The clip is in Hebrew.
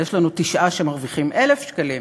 הרי יש לנו תשעה שמרוויחים 1,000 שקלים.